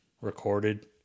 Recorded